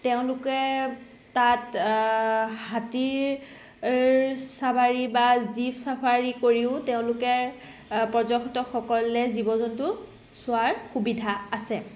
তেওঁলোকে তাত হাতীৰ চাবাৰী বা জীপ চফাৰী কৰিও তেওঁলোকে পৰ্যটকসকলে জীৱ জন্তু চোৱাৰ সুবিধা আছে